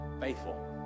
Faithful